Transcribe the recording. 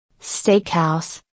Steakhouse